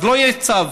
אז לא יהיה צו.